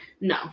No